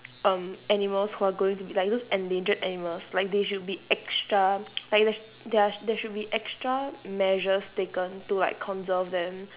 um animals who are going to be like those endangered animals like they should be extra like there there are there should be extra measures taken to like conserve them